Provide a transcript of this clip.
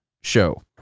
show